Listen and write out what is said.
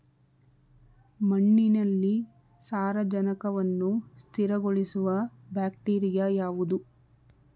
ಮಣ್ಣಿನಲ್ಲಿ ಸಾರಜನಕವನ್ನು ಸ್ಥಿರಗೊಳಿಸುವ ಬ್ಯಾಕ್ಟೀರಿಯಾ ಯಾವುದು?